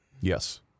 Yes